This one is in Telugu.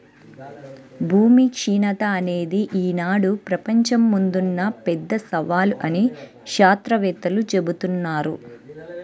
భూమి క్షీణత అనేది ఈనాడు ప్రపంచం ముందున్న పెద్ద సవాలు అని శాత్రవేత్తలు జెబుతున్నారు